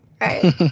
right